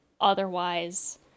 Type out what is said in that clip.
otherwise